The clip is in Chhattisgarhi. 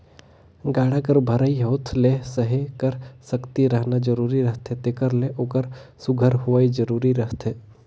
गाड़ा कर भरई होत ले सहे कर सकती रहना जरूरी रहथे तेकर ले ओकर सुग्घर होवई जरूरी रहथे